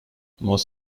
most